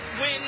win